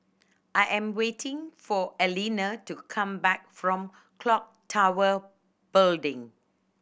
I am waiting for Alina to come back from Clock Tower Building